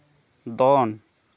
ᱫᱚᱱ